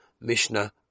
Mishnah